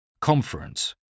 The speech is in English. Conference